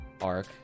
arc